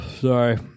Sorry